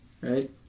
right